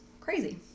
Crazy